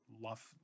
love